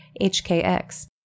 HKX